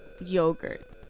yogurt